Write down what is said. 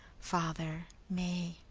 father, may,